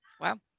Wow